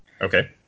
Okay